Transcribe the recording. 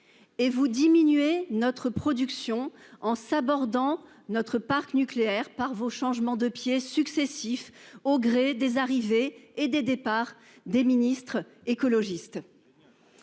Et vous diminuer notre production en sabordent notre parc nucléaire par vos changements de pieds successifs au gré des arrivées et des départs des ministres écologistes.